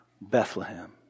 Bethlehem